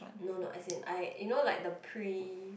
no no as in I you know like the pre